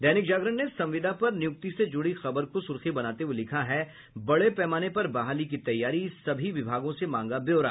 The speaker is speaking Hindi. दैनिक जागरण ने संविदा पर नियुक्ति से जुड़ी खबर को सुर्खी बनाते हुए लिखा है बड़े पैमाने पर बहाली की तैयारी सभी विभागों से मांगा ब्यौरा